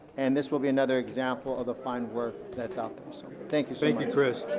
and this will be another example of the fine work that's out there. so thank you. thank you, chris.